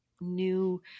new